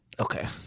Okay